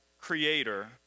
creator